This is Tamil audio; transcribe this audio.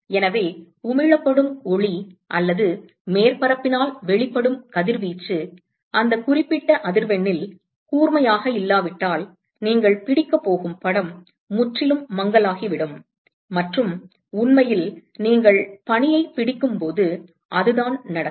எனவே உமிழப்படும் ஒளி அல்லது மேற்பரப்பினால் வெளிப்படும் கதிர்வீச்சு அந்த குறிப்பிட்ட அதிர்வெண்ணில் கூர்மையாக இல்லாவிட்டால் நீங்கள் பிடிக்கப் போகும் படம் முற்றிலும் மங்கலாகிவிடும் மற்றும் உண்மையில் நீங்கள் பனியைப் பிடிக்கும்போது அதுதான் நடக்கும்